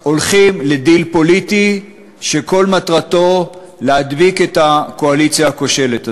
הולכים לדיל פוליטי שכל מטרתו להדביק את הקואליציה הכושלת הזאת.